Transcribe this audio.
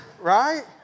right